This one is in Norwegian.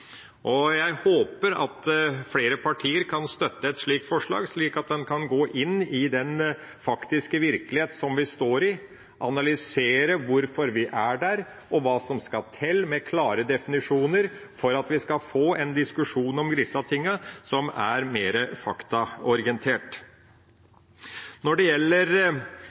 Jeg håper at flere partier kan støtte et slikt forslag, slik at en kan gå inn i den faktiske virkelighet som vi står i, analysere hvorfor vi er der og hva som skal til, med klare definisjoner, for at vi skal få en diskusjon om disse tingene som er mer faktaorientert. Når det gjelder